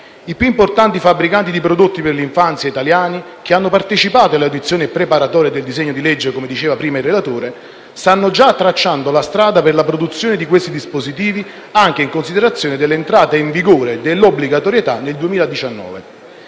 I più importanti fabbricanti italiani di prodotti per l'infanzia, che hanno partecipato alle audizioni preparatorie del disegno di legge, come diceva prima il relatore, stanno già tracciando la strada per la produzione di questi dispositivi, anche in considerazione delle entrate in vigore dell'obbligatorietà nel 2019.